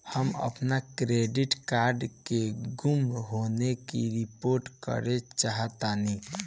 हम अपन debit card के गुम होने की रिपोर्ट करे चाहतानी